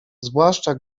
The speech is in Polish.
zwłaszcza